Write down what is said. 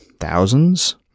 thousands